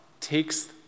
takes